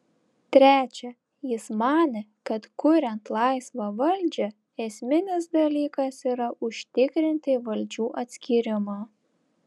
trečia jis manė kad kuriant laisvą valdžią esminis dalykas yra užtikrinti valdžių atskyrimą